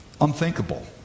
unthinkable